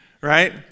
Right